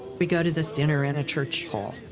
we go to this dinner at a church hall,